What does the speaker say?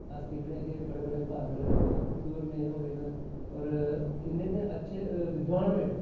अस दिक्खने आं कि बड़े बड़े ब्हादर सूरमें होए न और इन्ने इन्ने अच्छे विद्वान होए न